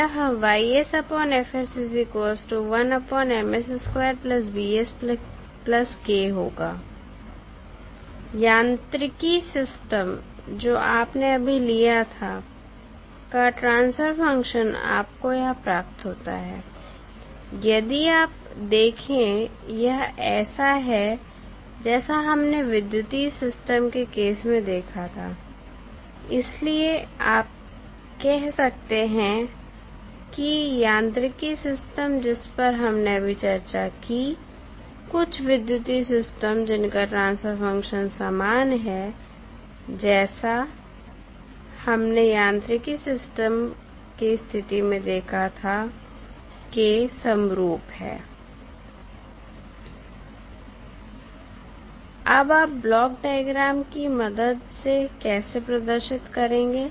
यह होगा यांत्रिकी सिस्टम जो आपने अभी लिया था का ट्रांसफर फंक्शन आपको यह प्राप्त होता है यदि आप देखें यह ऐसा है जैसा हमने विद्युतीय सिस्टम के केस में देखा था इसलिए आप कह सकते हैं कि यांत्रिकी सिस्टम जिस पर हमने भी चर्चा की कुछ विद्युतीय सिस्टम जिनका ट्रांसफर फंक्शन समान है जैसा हमने यांत्रिकी सिस्टम की स्थिति में देखा था के समरूप है अब आप ब्लॉक डायग्राम की मदद से कैसे प्रदर्शित करेंगे